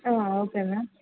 okay ma'am